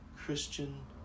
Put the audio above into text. Christian